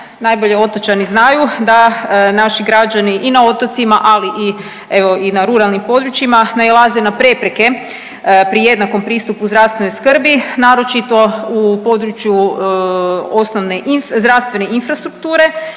najbolje otočani znaju da naši građani i na otocima, ali i evo i na ruralnim područjima nailaze na prepreke pri jednakom pristupu zdravstvene skrbi, naročito u području zdravstvene infrastrukture